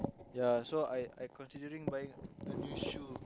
ya so I I considering buy new shoes